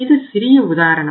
இது சிறிய உதாரணம்